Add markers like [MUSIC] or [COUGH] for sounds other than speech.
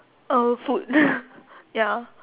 uh food [LAUGHS] ya